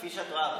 כפי שאת רואה,